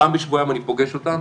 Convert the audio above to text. פעם בשבועיים אני פוגש אותם.